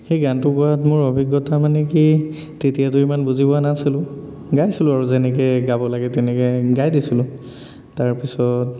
সেই গানটো গোৱাত মোৰ অভিজ্ঞতা মানে কি তেতিয়াতো ইমান বুজি পোৱা নাছিলোঁ গাইছিলোঁ আৰু যেনেকে গাব লাগে তেনেকে গাই দিছিলোঁ তাৰপিছত